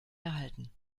erhalten